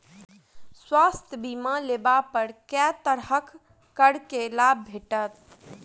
स्वास्थ्य बीमा लेबा पर केँ तरहक करके लाभ भेटत?